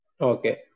Okay